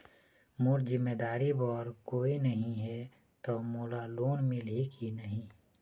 मोर जिम्मेदारी बर कोई नहीं हे त मोला लोन मिलही की नहीं?